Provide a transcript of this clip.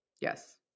Yes